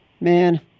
Man